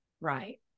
Right